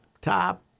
top